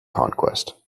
conquest